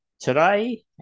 today